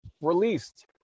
released